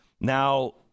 Now